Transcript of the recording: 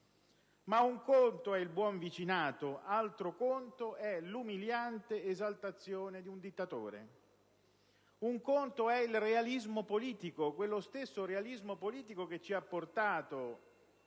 Ma un conto è il buon vicinato, un altro conto è l'umiliante esaltazione di un dittatore. Un conto è il realismo politico, quello stesso realismo politico che ci ha portato